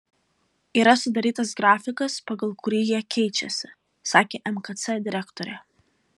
yra sudarytas grafikas pagal kurį jie keičiasi sakė mkc direktorė